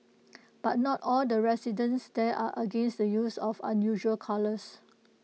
but not all the residents there are against the use of unusual colours